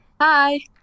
Hi